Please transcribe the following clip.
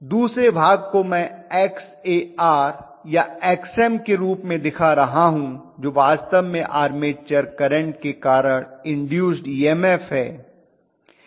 दूसरे भाग को मैं Xar या Xm के रूप में दिखा रहा हूं जो वास्तव में आर्मेचरकरंट के कारण इन्दूस्ड ईएमएफ है